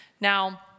Now